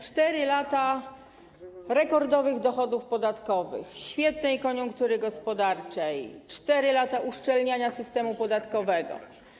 4 lata rekordowych dochodów podatkowych, świetnej koniunktury gospodarczej, 4 lata uszczelniania systemu podatkowego.